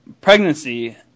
pregnancy